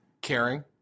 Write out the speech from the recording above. Caring